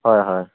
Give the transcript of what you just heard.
হয় হয়